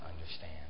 understand